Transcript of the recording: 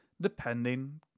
Depending